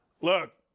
Look